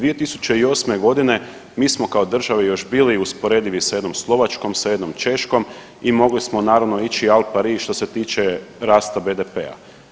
2008. godine mi smo kao država još bili usporedivi sa jednom Slovačkom, sa jednom Češkom i mogli smo naravno ići al pari što se tiče rasta BDP-a.